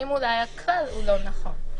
האם אולי הכלל הוא לא נכון.